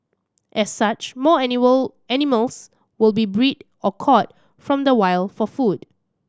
as such more animal animals will be bred or caught from the wild for food